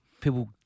people